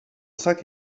sac